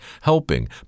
helping